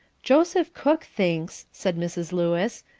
joseph cook thinks, said mrs. lewis,